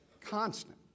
constant